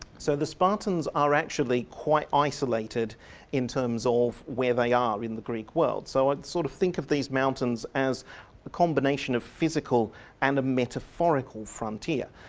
so the spartans are actually quite isolated in terms of where they are in the greek world, so i'd sort of think of these mountains as a combination of physical and metaphorical frontier.